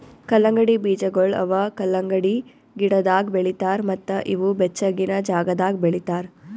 ಕಲ್ಲಂಗಡಿ ಬೀಜಗೊಳ್ ಅವಾ ಕಲಂಗಡಿ ಗಿಡದಾಗ್ ಬೆಳಿತಾರ್ ಮತ್ತ ಇವು ಬೆಚ್ಚಗಿನ ಜಾಗದಾಗ್ ಬೆಳಿತಾರ್